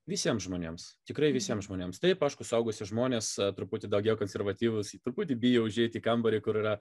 visiems žmonėms tikrai visiems žmonėms taip aišku suaugusi žmonės truputį daugiau konservatyvūs truputį bijo užeiti į kambarį kur yra